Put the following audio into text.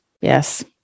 yes